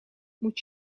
moet